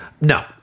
No